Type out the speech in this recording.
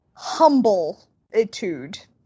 humbleitude